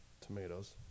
tomatoes